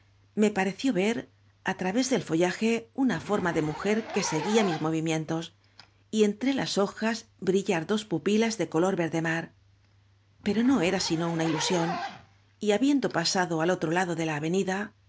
me pareció ver á través del follaje una íorma de mujer que seguía mis movimientos y entre las hojas bri llar dos pupilas de color verde mar pero no era sino una üasión y habiendo pasado al otro lado de la avenida